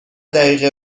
دقیقه